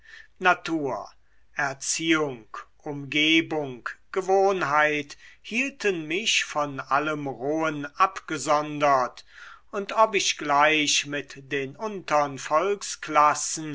natur erziehung umgebung gewohnheit hielten mich von allem rohen abgesondert und ob ich gleich mit den untern